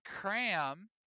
Cram